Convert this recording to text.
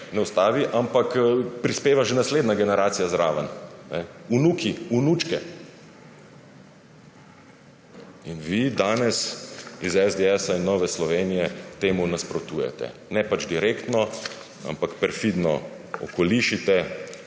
ne ustavi, ampak prispeva že naslednja generacija zraven, vnuki, vnučke. In vi danes iz SDS in Nove Slovenije temu nasprotujete. Ne pač direktno, ampak perfidno okolišite,